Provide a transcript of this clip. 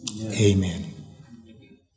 amen